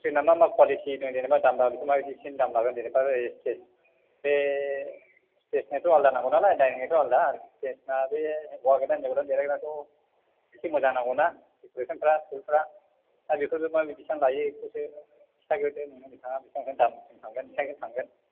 स्क्रिना मा मा कुवालिटि दङ जेनेबा दामा माबादिसिम दाम लागोन जेनेबा बे स्तेज बे स्टेजनाथ' आलादा नांगौ नालाय डाइनिंनाथ' स्टेजना बे हौवा गोदान हिन्जाव गोदान जिरायग्रायाथ' एसे मोजां नांगौ ना डेकारेसनफ्रा फुलफ्रा दा बेफोरो माबादि बिसिबां लायो बेखौसो खिथागोरदो नोंथाङा बिसिबां बिसिबां दामसिम थांगोन बिसिबांसो थांगोन